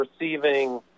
receiving